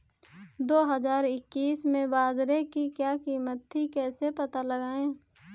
दो हज़ार इक्कीस में बाजरे की क्या कीमत थी कैसे पता लगाएँ?